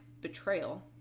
betrayal